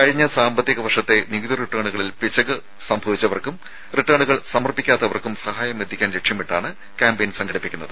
കഴിഞ്ഞ സാമ്പത്തിക വർഷത്തെ നികുതി റിട്ടേണുകളിൽ പിശക് സംഭവിച്ചവർക്കും റിട്ടേണുകൾ സമർപ്പിക്കാത്തവർക്കും സഹായമെത്തിക്കാൻ ലക്ഷ്യമിട്ടാണ് ക്യാമ്പയിൻ സംഘടിപ്പിക്കുന്നത്